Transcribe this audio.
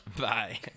Bye